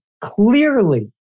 clearly